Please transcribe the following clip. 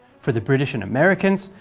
for the british and americans,